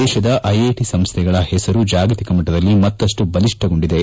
ದೇಶದ ಐಐಟಿ ಸಂಸ್ಥೆಗಳ ಪೆಸರು ಜಾಗತಿಕ ಮಟ್ಟದಲ್ಲಿ ಮತ್ತಷ್ಟು ಬಲಿಷ್ಠಗೊಂಡಿದೆ